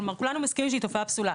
כולנו מסכימם שהתופעה היא פסולה.